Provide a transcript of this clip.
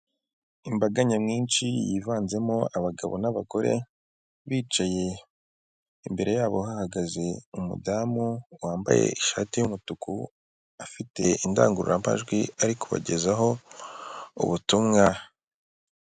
Imbaga nyamwinshi yivanzemo abagabo n'abagore bicaye imbere yabo bahagaze umudamu wambaye ishati y'umutuku afite indangururambajwi ariko bagezaho ubutumwa.